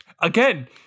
again